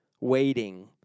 waiting